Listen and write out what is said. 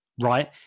right